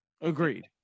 agreed